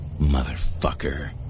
motherfucker